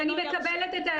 אין הובלה כזאת.